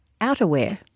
outerwear